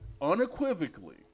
unequivocally